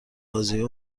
بازیا